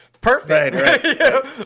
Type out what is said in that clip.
Perfect